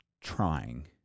trying